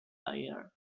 air